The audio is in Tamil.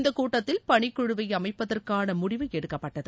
இந்தக் கூட்டத்தில் பணிக் குழுவை அமைப்பதற்கான முடிவு எடுக்கப்பட்டது